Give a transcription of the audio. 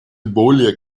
более